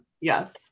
Yes